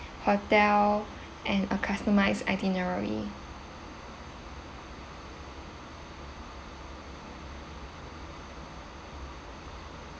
hotel and a customized itinerary